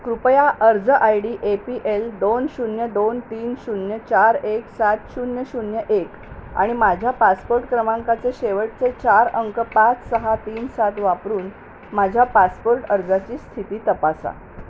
कृपया अर्ज I D A P L दोन शून्य दोन तीन शून्य चार एक सात शून्य शून्य एक आणि माझ्या पासपोर्ट क्रमांकाचे शेवटचे चार अंक पाच सहा तीन सात वापरून माझ्या पासपोर्ट अर्जाची स्थिती तपासा